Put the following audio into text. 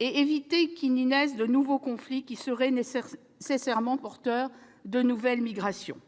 et pour éviter que n'y naissent de nouveaux conflits qui seraient nécessairement porteurs de nouvelles migrations.